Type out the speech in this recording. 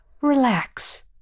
relax